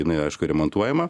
jinai aišku remontuojama